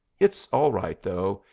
it's all right, though.